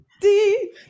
deep